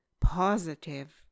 positive